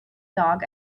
dog